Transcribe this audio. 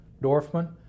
Dorfman